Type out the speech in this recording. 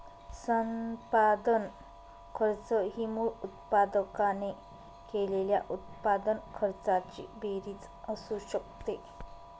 संपादन खर्च ही मूळ उत्पादकाने केलेल्या उत्पादन खर्चाची बेरीज असू शकते